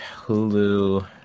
Hulu